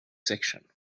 section